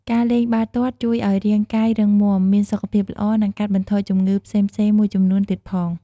ការលេងបាល់ទាត់ជួយឲ្យរាងកាយរឹងមាំ មានសុខភាពល្អ និងកាត់បន្ថយជំងឺផ្សេងៗមួយចំនួនទៀតផង។